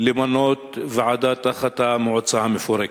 למנות ועדה תחת המועצה המפורקת.